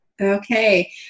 Okay